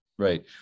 Right